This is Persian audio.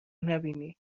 نبینی